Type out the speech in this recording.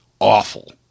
awful